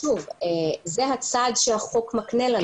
זה הסעד שהחוק מקנה לנו.